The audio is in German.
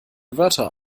wörter